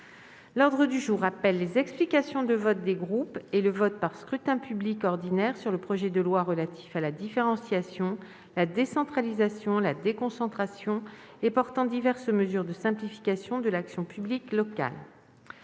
L'ordre du jour appelle les explications de vote des groupes et le vote par scrutin public sur le projet de loi, modifié par lettre rectificative, relatif à la différenciation, la décentralisation, la déconcentration et portant diverses mesures de simplification de l'action publique locale